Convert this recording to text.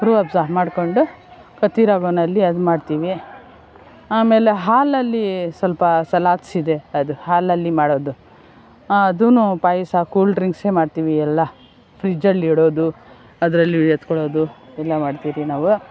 ಮಾಡ್ಕೊಂಡು ಕತೀರಾವನಲ್ಲಿ ಅದು ಮಾಡ್ತೀವಿ ಆಮೇಲೆ ಹಾಲಲ್ಲಿ ಸ್ವಲ್ಪ ಸಲಾಡ್ಸ್ ಇದೆ ಅದು ಹಾಲಲ್ಲಿ ಮಾಡೋದು ಅದೂನು ಪಾಯಸ ಕೂಲ್ ಡ್ರಿಂಕ್ಸೆ ಮಾಡ್ತೀವಿ ಎಲ್ಲ ಫ್ರಿಜ್ಜಲ್ಲಿ ಇಡೋದು ಅದರಲ್ಲಿ ಎತ್ಕೊಳ್ಳೋದು ಎಲ್ಲ ಮಾಡ್ತೀವಿ ನಾವು